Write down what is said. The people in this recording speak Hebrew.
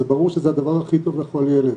זה ברור שזה הדבר הכי טוב לכל ילד.